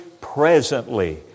presently